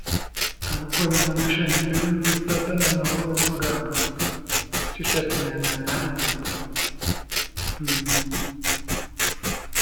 Ahabw'okuba nirwe naashangire taata na maawe barikugamba, nikyo kyatumire naanye naarugamba.